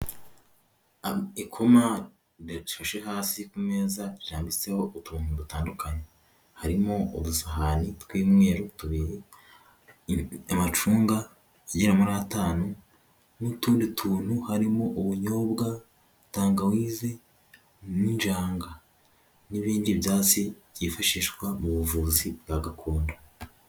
Ikoma rishashe ku meza rirambitseho utuntu dutandukanye, harimo udusahani tw'imyeru tubiri, amacunga agera muri atanu n'utundi tuntu, harimo ubunyobwa, tangawizi n'injanga n'ibindi byatsi byifashishwa mu buvuzi bwa gakondo.